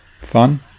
fun